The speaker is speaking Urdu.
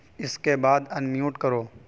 اس کے بعد انمیوٹ کرو